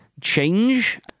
change